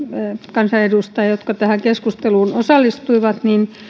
kansanedustajia jotka keskusteluun osallistuivat